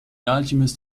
alchemist